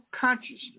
consciousness